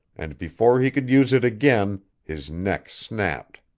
and before he could use it again, his neck snapped.